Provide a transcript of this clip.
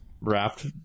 wrapped